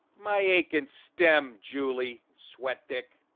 my aiken stem juli sweat dick